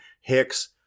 Hicks